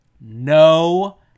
no